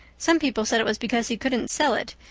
some people said it was because he couldn't sell it,